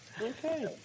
Okay